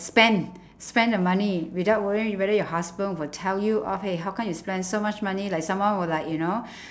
spend spend the money without worrying whether your husband will tell you off !hey! how come you spend so much money like someone will like you know